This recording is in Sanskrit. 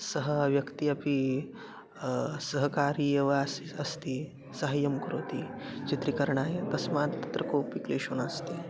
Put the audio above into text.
सः व्यक्तिः अपि सहकारी एव अस्ति अस्ति सहाय्यं करोति चित्रीकरणाय तस्मात् तत्र कोपि क्लेशो नास्ति